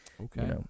okay